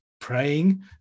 praying